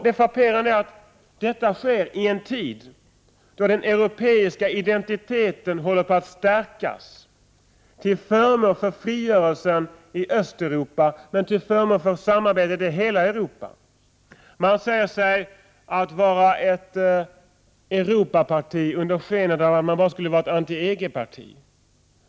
Det är frapperande att detta sker i en tid då den europeiska identiteten håller på att stärkas till förmån för frigörelsen i östeuropa, men också till förmån för samarbetet i hela Europa. Man säger sig vara ett Europaparti, med hänvisning till att man är ett anti-EG-parti.